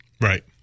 Right